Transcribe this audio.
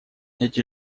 эти